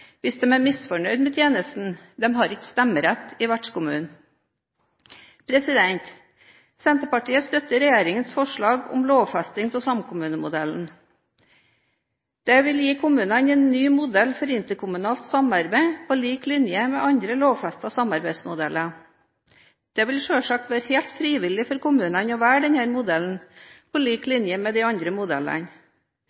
hvis de er misfornøyd med tjenesten, de har ikke stemmerett i vertskommunen. Senterpartiet støtter regjeringens forslag om lovfesting av samkommunemodellen. Dette vil gi kommunene en ny modell for interkommunalt samarbeid, på lik linje med andre lovfestede samarbeidsmodeller. Det vil selvsagt være helt frivillig for kommunene å velge denne modellen, på lik